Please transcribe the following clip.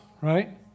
right